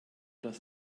das